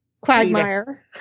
quagmire